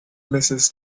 mrs